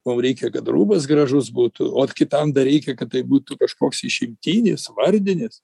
mum reikia kad rūbas gražus būtų ot kitam dar reikia kad tai būtų kažkoks išimtinis vardinis